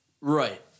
Right